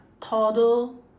toddler